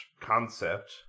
concept